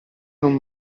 non